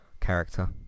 character